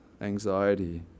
anxiety